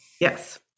Yes